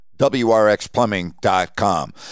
WRXplumbing.com